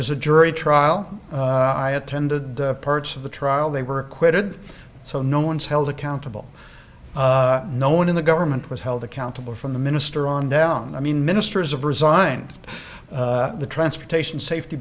was a jury trial i attended parts of the trial they were acquitted so no one's held accountable no one in the government was held accountable from the minister on down i mean ministers have resigned the transportation safety